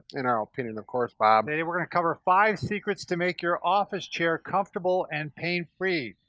in our opinion of course, bob. today we're gonna cover five secrets to make your office chair comfortable and pain free.